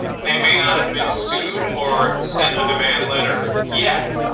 they may not have been sued or sent a demand letter yet,